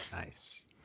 Nice